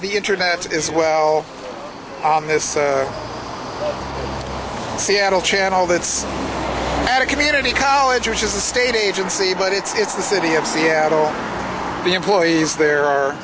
the internet as well on this seattle channel that's at a community college which is a state agency but it's the city of seattle the employees there are